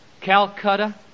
Calcutta